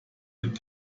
mit